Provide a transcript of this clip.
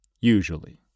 usually